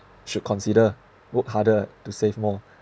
should consider work harder to save more